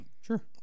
Sure